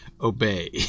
obey